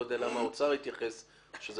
ואני לא יודע למה האוצר התייחס לזה,